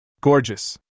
Gorgeous